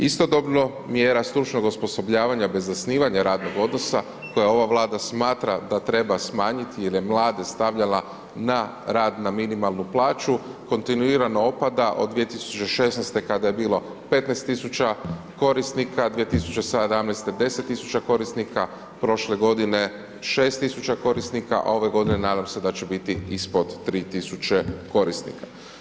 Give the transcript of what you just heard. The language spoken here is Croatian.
Istodobno mjera stručnog osposobljavanja bez zasnivanja radnog odnosa koja ova Vlada smatra da treba smanjiti jer je mlade stavljala na rad na minimalnu plaću kontinuirano opada od 2016. kada je bilo 15.0000 korisnika, 2017. 10.000 korisnika, prošle godine 6.000 korisnika, a ove godine nadam se da će biti ispod 3.000 korisnika.